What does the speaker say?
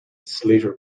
slater